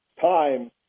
time